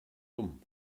dumm